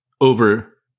over